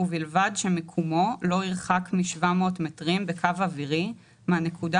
ובלבד שמיקומו לא ירחק מ-700 מטרים בקו אווירי מהנקודה